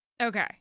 Okay